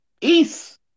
East